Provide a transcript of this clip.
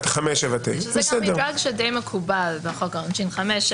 זה גם מדרג שדי מקובל בחוק העונשין חמש שנים,